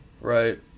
right